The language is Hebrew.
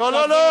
לא לא,